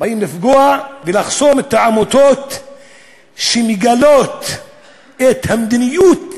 באים לפגוע ולחסום את העמותות שמגלות את המדיניות,